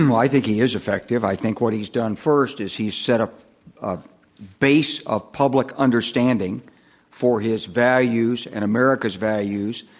um i think he is effective. i think what he's done first is set up a base of public understanding for his values and america's values,